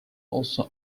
also